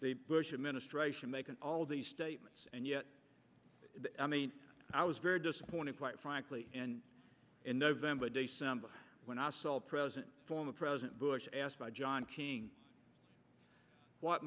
the bush administration making all these statements and yet i mean i was very disappointed quite frankly in november december when i saw the president former president bush asked by john king what